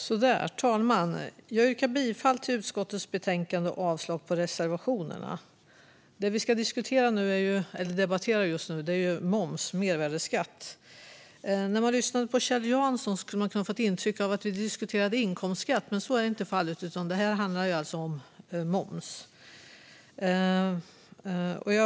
Fru talman! Jag yrkar bifall till förslaget i utskottets betänkande och avslag på reservationerna. Det som vi debatterar just nu är moms - mervärdesskatt. När man lyssnade på Kjell Jansson kunde man få intryck av att vi diskuterar inkomstskatt. Men så är inte fallet, utan det handlar om moms.